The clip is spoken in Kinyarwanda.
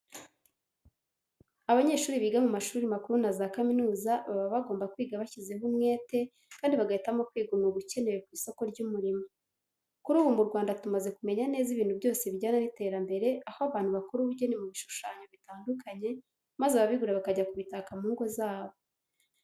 Abanyeshuri biga mu mashuri makuru na za kaminuza baba bagomba kwiga bashyizeho umwete kandi bagahitamo kwiga umwuga ukenewe ku isoko ry'umurimo. Kuri ubu mu Rwanda tumaze kumenya neza ibintu byose bijyana n'iterambere aho abantu bakora ubugeni mu bishushanyo bitandukanye maze ababigura bakajya kubitaka mu ngo zabo.